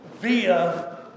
via